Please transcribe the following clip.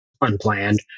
unplanned